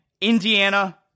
Indiana